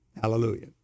Hallelujah